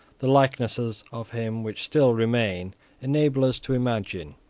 the likenesses of him which still remain enable us to imagine.